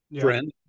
friend